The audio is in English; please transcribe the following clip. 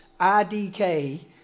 IDK